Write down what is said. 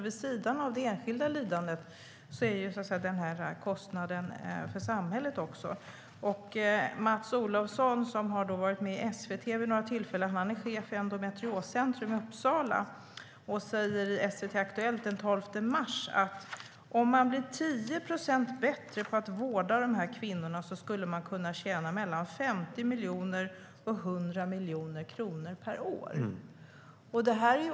Vid sidan av det enskilda lidandet har vi en kostnad för samhället. den 12 mars sa han att om vi blir 10 procent bättre på att vårda dessa kvinnor skulle vi tjäna mellan 50 miljoner och 100 miljoner kronor per år.